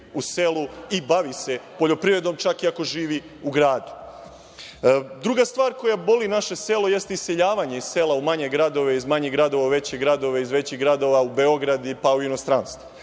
u selu i bavi se poljoprivedom, čak i ako živi u gradu. Druga stvar koja boli naše selo jeste iseljavanje iz sela u manje gradove, iz manjih gradova u veće gradove, iz većih gradova u Beograd, pa u inostranstvo.